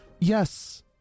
Yes